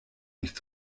nicht